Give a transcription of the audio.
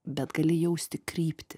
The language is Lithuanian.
bet gali jausti kryptį